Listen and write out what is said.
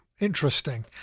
Interesting